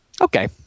Okay